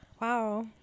Wow